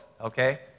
okay